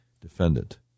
defendant